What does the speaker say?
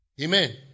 Amen